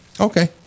Okay